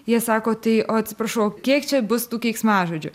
jie sako tai o atsiprašauo kiek čia bus tų keiksmažodžių